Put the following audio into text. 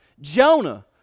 Jonah